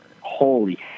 holy